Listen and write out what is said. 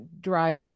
drive